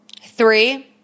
Three